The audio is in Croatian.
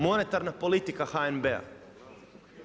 Monetarna politika HNB-a.